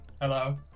Hello